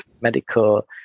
medical